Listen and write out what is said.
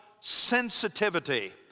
sensitivity